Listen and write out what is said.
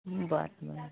बरं बरं